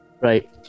Right